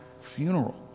funeral